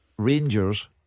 Rangers